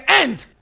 end